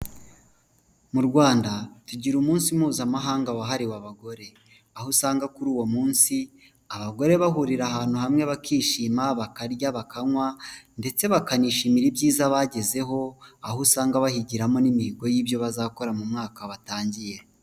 Mu Rwanda tugira umunsi mpuzamahanga wahariwe abagore. Aho usanga kuri uwo munsi abagore bahurira ahantu hamwe bakishima bakarya bakanywa, ndetse bakanishimira ibyiza bagezeho; aho usanga bahigiramo n'imihigo y'ibyo bazakora mu mwaka batangiye.